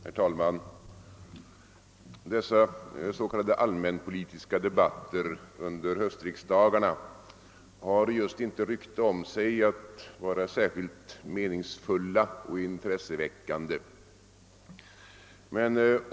Herr talman! De s.k. allmänpolitiska debatterna under höstriksdagarna har inte rykte om sig att vara särskilt meningsfulla och intresseväckande.